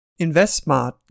InvestSmart